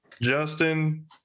Justin